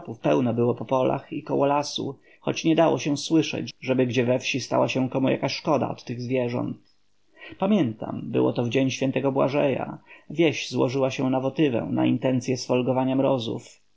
pełno było po polach i koło lasu choć nie dało się słyszeć żeby gdzie we wsi stała się komu jaka szkoda od tych zwierząt pamiętam było to w dzień św błażeja wieś złożyła się na wotywę na intencyę sfolgowania mrozów